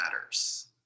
matters